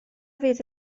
fydd